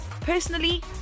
Personally